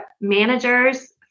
manager's